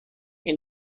این